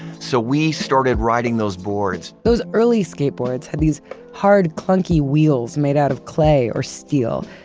so we started riding those boards. those early skateboards had these hard, clunky wheels made out of clay or steel.